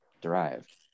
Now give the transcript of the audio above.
derived